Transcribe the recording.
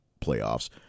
playoffs